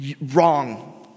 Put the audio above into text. Wrong